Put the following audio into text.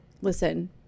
listen